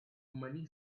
money